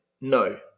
No